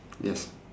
yes